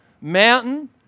mountain